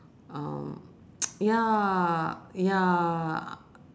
um ya ya